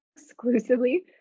exclusively